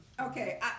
Okay